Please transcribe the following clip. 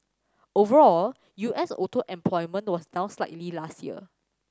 overall U S auto employment was down slightly last year